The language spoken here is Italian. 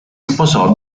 sposò